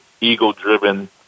ego-driven